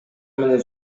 менен